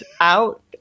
out